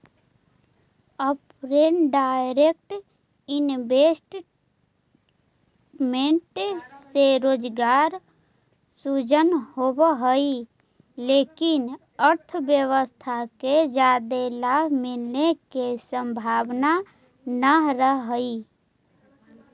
foreign direct investment से रोजगार सृजन होवऽ हई लेकिन अर्थव्यवस्था के जादे लाभ मिलने के संभावना नह रहऽ हई